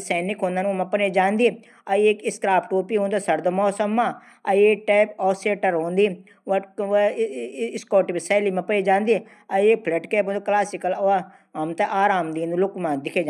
सैनिक पहनदन।